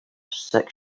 six